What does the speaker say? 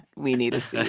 we need a